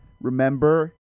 Remember